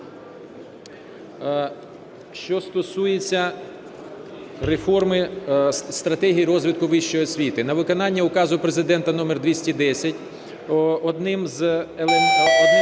Що стосується реформи, стратегії розвитку вищої освіти. На виконання Указу Президента №210, одним з елементів